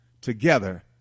together